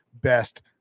best